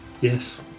Yes